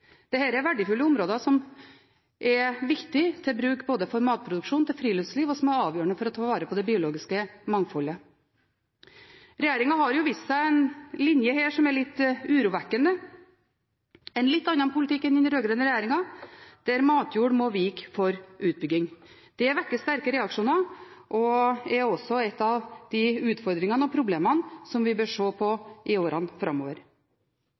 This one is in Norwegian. er verdifulle områder som er viktige til bruk for matproduksjon og friluftsliv, og som er avgjørende for å ta vare på det biologiske mangfoldet. Regjeringen har vist en linje her som er litt urovekkende – en litt annen politikk enn den til den rød-grønne regjeringen, der matjord må vike for utbygging. Dette vekker sterke reaksjoner, og er av de utfordringene og problemene vi bør se på i årene framover.